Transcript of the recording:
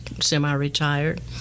semi-retired